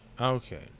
Okay